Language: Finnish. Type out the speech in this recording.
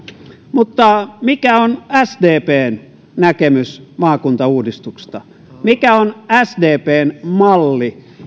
mutta mikä on sdpn näkemys maakuntauudistuksesta mikä on sdpn malli